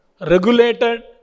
regulated